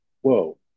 Whoa